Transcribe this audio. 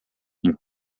ning